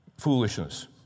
foolishness